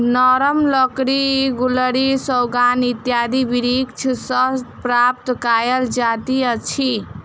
नरम लकड़ी गुल्लरि, सागौन इत्यादि वृक्ष सॅ प्राप्त कयल जाइत अछि